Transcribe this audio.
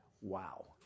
wow